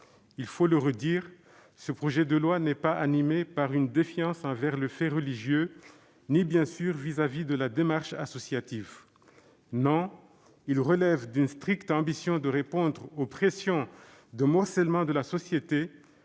Il faut le redire, ce projet de loi n'est pas animé par une défiance envers le fait religieux ni, bien sûr, à l'égard de la démarche associative. Non, il relève d'une stricte ambition de répondre aux pressions de morcellement de la société,